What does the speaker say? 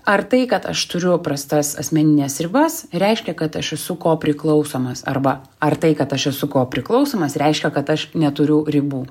ar tai kad aš turiu prastas asmenines ribas reiškia kad aš esu ko priklausomas arba ar tai ką aš esu ko priklausomas reiškia kad aš neturiu ribų